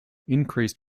increased